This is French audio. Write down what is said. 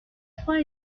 trois